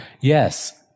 Yes